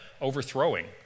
overthrowing